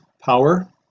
power